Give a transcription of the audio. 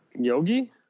Yogi